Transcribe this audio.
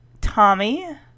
Tommy